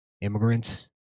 immigrants